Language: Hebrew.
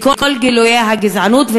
לכל גילויי הגזענות.